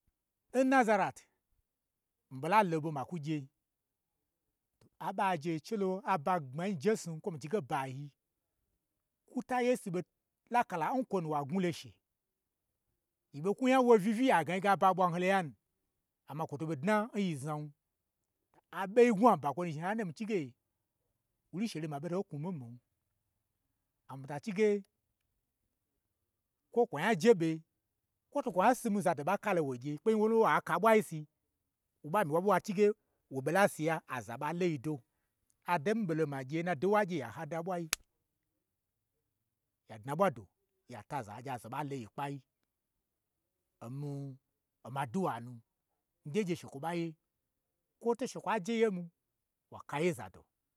Nnazarat, mii ɓola loɓo ma kwu gye, to aɓo aje che lo, aba gbmanyi njesnu, kwo mi chige bayi, kwuta n yeisu ɓo lakala nkwonu wa gnwu lo she yi ɓo kwu yi nya wo uyii uyii agna yige aba ɓwan lo yanu, amma kwoto ɓo dna nyi znan, aɓoi n gnwa ba, okwonu zhni har naye mi chige, wurshelima ɓo to knwu mii nmi-in, am mii ta chige kwo kwa nya je ɓe, kwo to kwa simin, zado ɓa kalo, wo gye, kpein nwa lo wa ka ɓwai si, woɓa myi wo ɓe wa chige wo ɓa la siya, aza ɓa lo yi do ado n mii ɓo lo ma gye, n na doi n wa gye ya hada n ɓwai, ya dna ɓwa do, ya taza ha gye aza ɓa lo yi kpai, omii oma dwuwa nu, ge n gye shekwo ɓa ye, kwo to shekwa je ye n mii kwa ka ye n zado